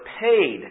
paid